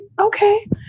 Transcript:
okay